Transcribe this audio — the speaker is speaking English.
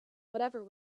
whatever